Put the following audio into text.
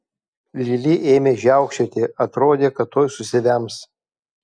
lili ėmė žiaukčioti atrodė kad tuoj susivems